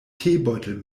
teebeutel